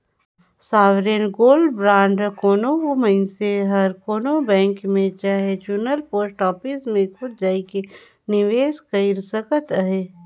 sovereign gold bond कोनो मइनसे हर कोनो बेंक ले चहे चुनल पोस्ट ऑफिस में खुद जाएके निवेस कइर सकत अहे